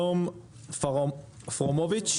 תם פרומוביץ',